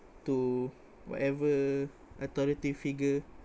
to whatever authoritative figure